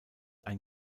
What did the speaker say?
ein